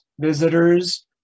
visitors